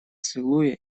целуя